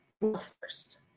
first